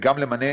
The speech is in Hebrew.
וגם למנות